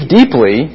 deeply